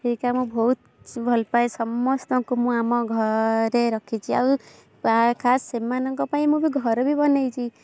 ସେଇ କାମ ବହୁତ ଭଲ ପାଏ ସମସ୍ତଙ୍କୁ ମୁଁ ଆମ ଘରେ ରଖିଛି ଆଉ ଖାସ୍ ସେମାନଙ୍କ ପାଇଁ ମୁଁ ଘର ବି ବନେଇଛି